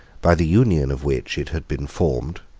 by the union of which it had been formed,